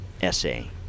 essay